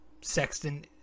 Sexton